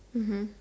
mmhmm